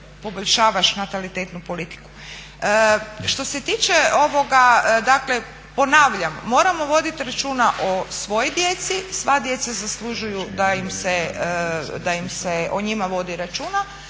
poboljšavaš natalitetnu politiku. Što se tiče, dakle ponavljam moramo voditi računa o svoj djeci, sva djeca zaslužuju da se o njima vodi računa,